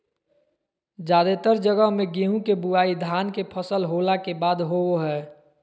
जादेतर जगह मे गेहूं के बुआई धान के फसल होला के बाद होवो हय